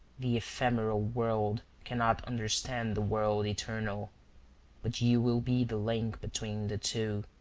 the ephemeral world cannot understand the world eternal but you will be the link between the two.